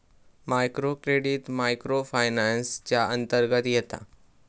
micro credit micro finance च्या अंतर्गत येता